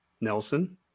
Nelson